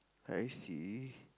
I see